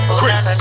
Chris